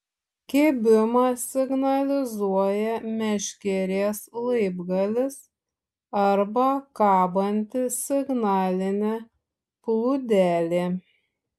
kibimą signalizuoja meškerės laibgalis arba kabanti signalinė plūdelė